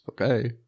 okay